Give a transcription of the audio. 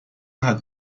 hat